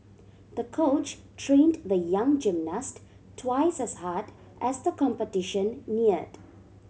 the coach trained the young gymnast twice as hard as the competition neared